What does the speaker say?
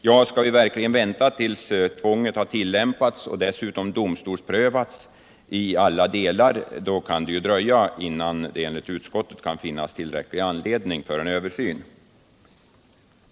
Ja, skall vi verkligen vänta tills tvång har tillämpats, och dessutom domstolspraxis utvecklats i alla delar, kan det ju dröja innan det enligt utskottet kan finnas tillräcklig anledning för en översyn.